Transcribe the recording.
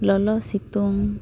ᱞᱚᱞᱚ ᱥᱤᱛᱩᱝ